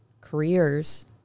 careers